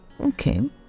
Okay